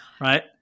right